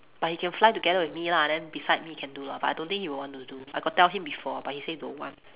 but he can fly together with me lah then beside me he can do lah but I don't think he will want to do I got tell him before but he say don't want